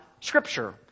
Scripture